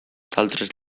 d’altres